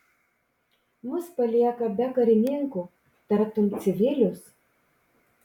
mus palieka be karininkų tartum civilius